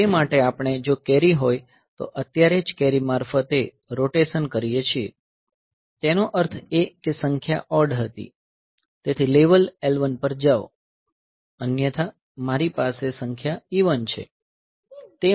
તે માટે આપણે જો કેરી હોય તો અત્યારે જ કેરી મારફતે રોટેશન કરીએ છીએ તેનો અર્થ એ કે સંખ્યા ઓડ હતી તેથી લેવલ L1 પર લઈ જાઓ અને અન્યથા મારી પાસે સંખ્યા ઇવન છે